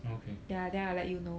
okay